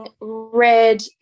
red